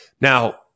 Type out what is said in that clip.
Now